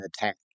attack